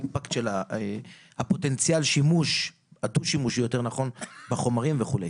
האימפקט של הפוטנציאל הדו-שימושי בחומרים וכו'.